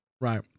Right